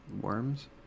worms